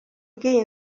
bw’iyi